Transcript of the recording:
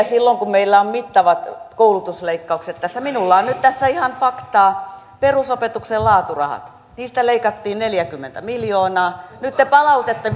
silloin kun meillä on mittavat koulutusleikkaukset tässä minulla on nyt tässä ihan faktaa perusopetuksen laaturahat niistä leikattiin neljäkymmentä miljoonaa nyt te palautatte